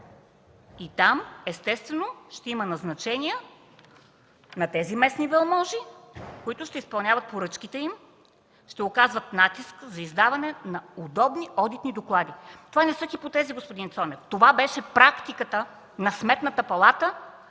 И там, естествено, ще има назначения на местни велможи, които ще изпълняват поръчките им, ще се оказва натиск за издаване на удобни одитни доклади. Това не са хипотези, господин Цонев, това беше практиката на Сметната палата